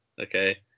Okay